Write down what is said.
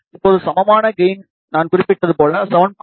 இப்போது சமமான கெயின் நான் குறிப்பிட்டது போல 7